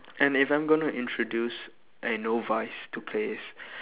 and if I'm going to introduce a novice to play